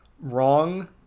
wrong